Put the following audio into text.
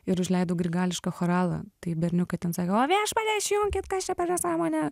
ir užleidau grigališką choralą tai berniukai ten sakė o viešpatie išjunkit kas čia per nesąmonė